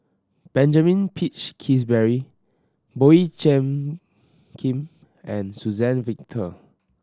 Benjamin Peach Keasberry Boey Cheng Kim and Suzann Victor